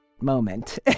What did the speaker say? moment